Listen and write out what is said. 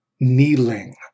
kneeling